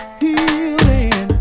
healing